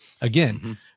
Again